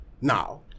Now